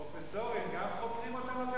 פרופסורים, גם חוקרים אותם?